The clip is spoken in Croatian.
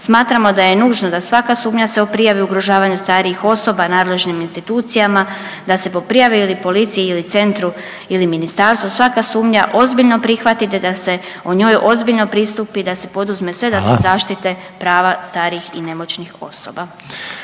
Smatramo da je nužno da svaka sumnja se prijavi o ugrožavanju starijih osoba nadležnim institucijama, da se po prijavi ili policiji ili centru ili ministarstvu svaka sumnja ozbiljno prihvati, te da se o njoj ozbiljno pristupi i da se poduzme…/Upadica Reiner: Hvala/…sve da se zaštite prava starijih i nemoćnih osoba.